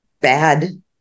bad